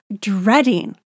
dreading